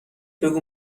بگو